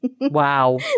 wow